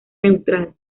neutral